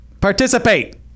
Participate